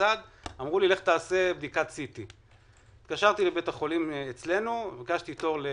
בצד ואמרו לי לעשות בדיקת CT. התקשרתי לבית החולים וביקשתי תור.